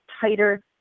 tighter